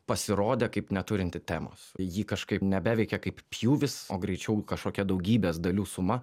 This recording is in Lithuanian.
pasirodė kaip neturinti temos ji kažkaip nebeveikia kaip pjūvis o greičiau kažkokia daugybės dalių suma